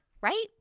right